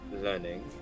learning